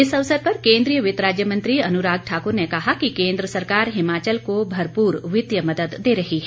इस अवसर पर केन्द्रीय वित्त राज्य मंत्री अनुराग ठाकुर ने कहा कि केन्द्र सरकार हिमाचल को भरपूर वित्तीय मदद दे रही है